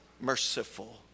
merciful